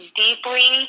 deeply